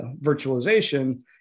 virtualization